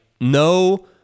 no